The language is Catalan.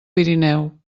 pirineu